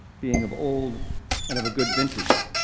being of old and of a good vintage.